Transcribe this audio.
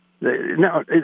No